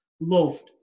loved